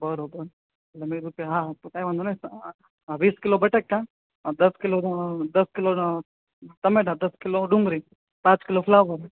બરોબર ને મેં કીધું હા તો કાઇ વાંધો નહીં આ વીસ કિલો બટાકા અને દસ કિલો દસ કિલો ટમેટાં દસ કિલો ડુંગરી પાંચ કિલો ફ્લાવર